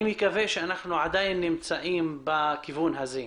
אני מקווה שאנחנו עדיין נמצאים בכיוון הזה.